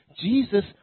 Jesus